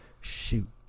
Shoot